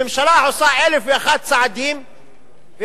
הממשלה עושה אלף ואחד צעדים ומצליחה